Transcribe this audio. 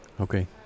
Okay